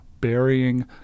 burying